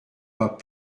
pas